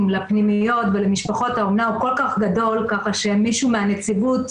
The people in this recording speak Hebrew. איתו לפנימיות ולמשפחות האומנה הוא כל כך גדול כך שמישהו מהנציבות,